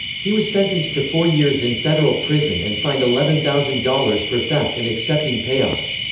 he was sentenced to four years in federal prison and fined eleven thousand dollars for theft and accepting payoffs.